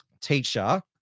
teacher